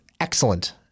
Excellent